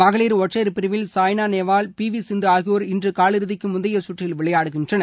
மகளிர் ஒற்றையர் பிரிவில் சாய்னா நேவால் பி வி சிந்து ஆகியோர் இன்று காலிறுதிக்கு முந்தைய சுற்றில் விளையாடுகின்றன